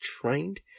trained